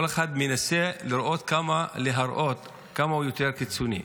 כל אחד מנסה להראות כמה הוא יותר קיצוני,